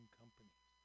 companies